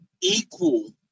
equal